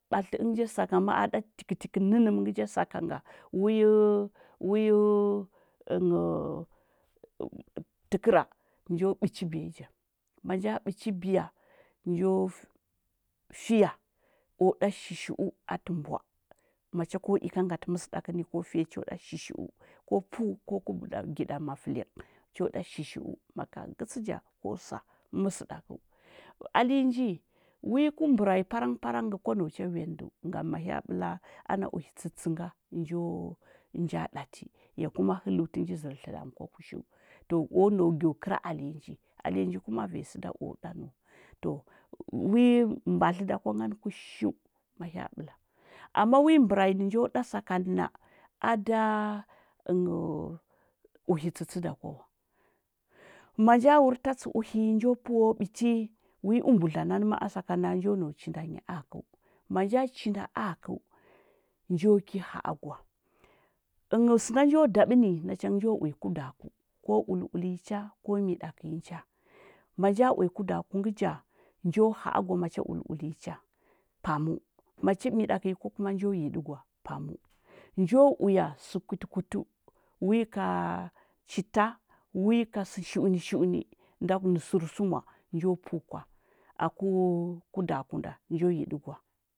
Ɓattləti əngə ja sakanga, maa a ɗa tiktik nənəm ngə ja saka nga wiyə təkəra njo bəchi biya ja manja bəchibiya, njo fiya njo o ɗa shishiu atə mbwa macha ko i cha ki ngati məsəsaka ni ko fira cho ɗa shishiu ko pəu ko ku njo gida mafəl yana cho ɗa shi shiu maka getsi ja ko sa məsədakəu. ali ny nji wi ku mbərai parang parang ngə kwa nau cha weadi nɗəu ngam mahya bəla ana uhi tsətsə nga njo nja dati, ya kima heləu tənji zər tləlam kwa kushe to o nau gyo kəra ali nji ali nji kima vanyi səda o ɗa nəwa to wi mbadlə da kwa ngani kushu ma bya ɓəla ama wi mbərai nə njo da sakanə na ada njo uhi tsətsə da kw awa manja wur tatsə uhi njo pəu biti i umbudla nanə maa sakana njo hau chindanyi aakəu ma nja chindanyi aakəu, njo da bəni machangə njo uya kudaku ko uləulənyi cha ko midakə nyi, manja uya laudaku ngə ja, njo haagwa macha ulə-ulə nyi cha paməu macha midakənyii kwa kima njo yidəgwa paməu njo uya sə kvir kwitəu wi ka chita wikasə shilini shi’uni nda sər səma njo pəu kwa aku kidaku nda njo yidə gwa.